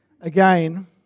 again